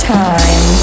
time